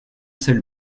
seul